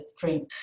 three